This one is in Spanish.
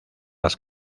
las